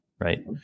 Right